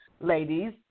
Ladies